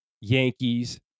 Yankees